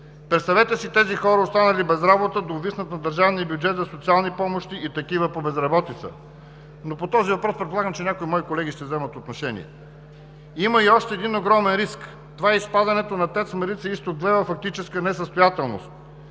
Представете си тези хора, останали без работа, да увиснат на държавния бюджет за социални помощи и такива по безработица. По този въпрос, предполагам, че някои мои колеги ще вземат отношение. Има и още един огромен риск – изпадането на ТЕЦ Марица изток 2 във фактическа несъстоятелност.